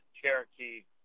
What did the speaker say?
Cherokee